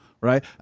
right